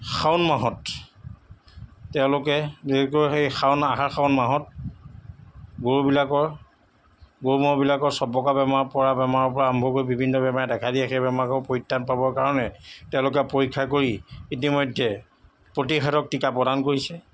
শাওন মাহত তেওঁলোকে বিশেষকৈ সেই শাওণ আহাৰ শাওন মাহত গৰুবিলাকৰ গৰু ম'হবিলাকৰ চবকা বেমাৰ পৰা বেমাৰৰ পৰা আৰম্ভ কৰি বিভিন্ন বেমাৰে দেখা দিয়ে সেই বেমাৰৰপৰা পৰিত্ৰাণ পাবৰ কাৰণে তেওঁলোকে পৰীক্ষা কৰি ইতিমধ্যে প্ৰতিষেধক টীকা প্ৰদান কৰিছে